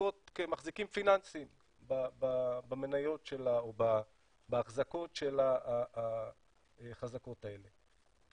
שמחזיקות כמחזיקים פיננסיים במניות שלה או בהחזקות של החזקות האלה.